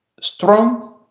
strong